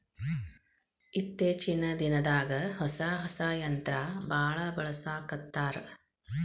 ಇತ್ತೇಚಿನ ದಿನದಾಗ ಹೊಸಾ ಹೊಸಾ ಯಂತ್ರಾ ಬಾಳ ಬಳಸಾಕತ್ತಾರ